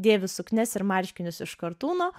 dėvi suknias ir marškinius iš kartūno